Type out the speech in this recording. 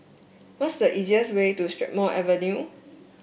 what is the easiest way to Strathmore Avenue